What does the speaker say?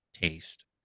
taste